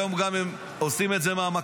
היום גם הם עושים את זה מהמקפצה.